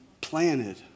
planted